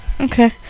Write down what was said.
Okay